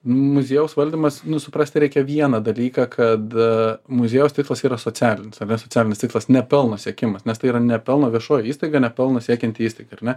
muziejaus valdymas nu suprasti reikia vieną dalyką kad muziejaus tikslas yra socialinis ar ne socialinis tikslas ne pelno siekimas nes tai yra nepelno viešoji įstaiga nepelno siekianti įstaiga ar ne